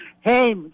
Hey